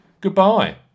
Goodbye